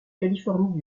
californie